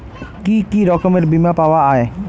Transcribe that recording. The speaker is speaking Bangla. কি কি রকমের বিমা পাওয়া য়ায়?